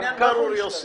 העניין ברור, יוסי.